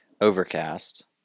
Overcast